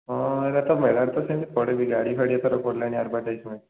ହଁ ଏଇଟା ତା ମେଳାରେ ତ ସେମିତି ପଡ଼େ ବି ଗାଡ଼ି ଫାଡ଼ି ଏଥର ପଡ଼ିଲାଣି ଆଡ଼୍ଭଟାଇଜ୍ମେଣ୍ଟ୍